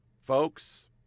folks